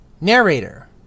narrator